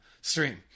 stream